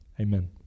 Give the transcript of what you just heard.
Amen